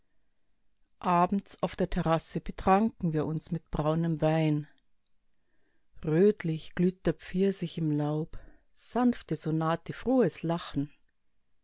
abends auf der terrasse betranken wir uns mit braunem wein rötlich glüht der pfirsich im laub sanfte sonate frohes lachen